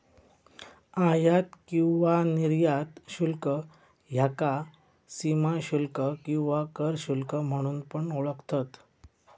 आयात किंवा निर्यात शुल्क ह्याका सीमाशुल्क किंवा कर शुल्क म्हणून पण ओळखतत